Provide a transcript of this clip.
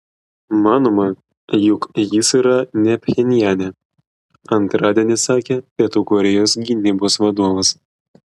manoma jog jis yra ne pchenjane antradienį sakė pietų korėjos gynybos vadovas